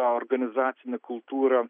organizacinę kultūrą